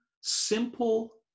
simple